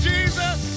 Jesus